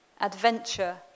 adventure